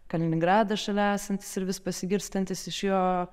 kaliningradas šalia esantis ir vis pasigirstantys iš jo